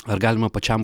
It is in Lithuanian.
ar galima pačiam